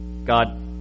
God